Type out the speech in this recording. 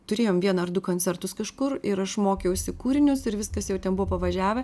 turėjom vieną ar du koncertus kažkur ir aš mokiausi kūrinius ir viskas jau ten buvo pavažiavę